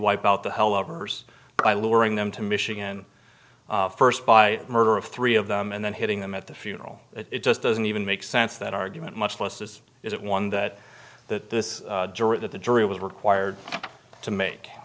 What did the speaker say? wipe out the helo verse by luring them to michigan first by murder of three of them and then hitting them at the funeral it just doesn't even make sense that argument much less is it one that that this jury that the jury was required to make